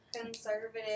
conservative